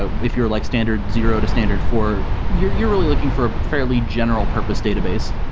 but if you're like standard zero to standard four, you're you're really looking for a fairly general-purpose database,